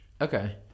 Okay